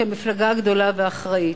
כמפלגה גדולה ואחראית.